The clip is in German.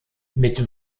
mit